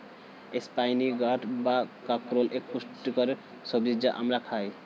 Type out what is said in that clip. spiny gourd বা কাঁকরোল এক পুষ্টিকর সবজি যা আমরা খাই